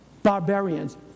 Barbarians